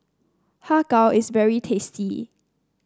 Har Kow is very tasty